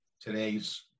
today's